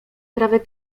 prawie